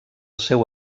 seu